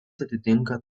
atitinka